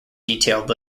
detailed